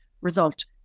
result